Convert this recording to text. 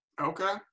Okay